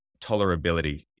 tolerability